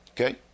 Okay